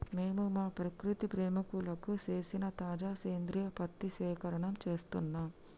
మేము మా ప్రకృతి ప్రేమికులకు సేసిన తాజా సేంద్రియ పత్తి సేకరణం సేస్తున్నం